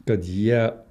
kad jie